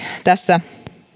tässä